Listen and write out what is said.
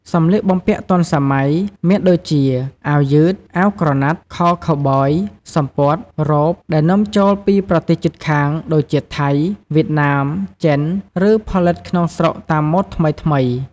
សម្លៀកបំពាក់ទាន់សម័យ មានដូចជា អាវយឺត អាវក្រណាត់ ខោខូវប៊យ សំពត់ រ៉ូប ដែលនាំចូលពីប្រទេសជិតខាង ដូចជា ថៃ វៀតណាម ចិន ឬផលិតក្នុងស្រុកតាមម៉ូដថ្មីៗ។